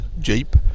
Jeep